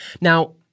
Now